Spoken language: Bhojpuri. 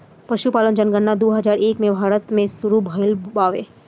पसुपालन जनगणना दू हजार एक से भारत मे सुरु भइल बावे